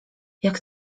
jak